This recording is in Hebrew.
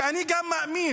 כי אני גם מאמין,